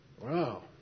Wow